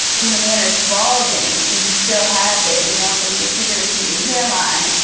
when the man is balding, but he still has it. you know, so we can see the receding hairline.